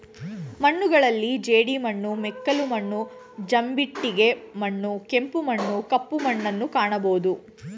ಮಣ್ಣುಗಳಲ್ಲಿ ಜೇಡಿಮಣ್ಣು, ಮೆಕ್ಕಲು ಮಣ್ಣು, ಜಂಬಿಟ್ಟಿಗೆ ಮಣ್ಣು, ಕೆಂಪು ಮಣ್ಣು, ಕಪ್ಪು ಮಣ್ಣುನ್ನು ಕಾಣಬೋದು